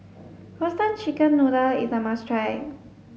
roasted chicken noodle is a must try